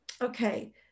Okay